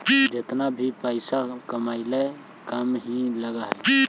जेतना भी पइसा कमाले कम ही लग हई